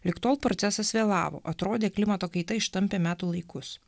lig tol procesas vėlavo atrodė klimato kaita ištampė metų laikus